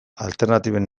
alternatiben